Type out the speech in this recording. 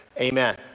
Amen